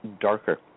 darker